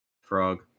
Frog